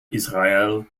israel